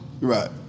right